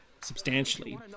substantially